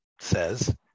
says